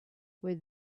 where